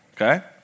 okay